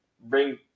bring